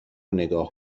نگاه